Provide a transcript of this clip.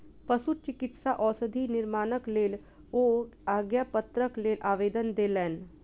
पशुचिकित्सा औषधि निर्माणक लेल ओ आज्ञापत्रक लेल आवेदन देलैन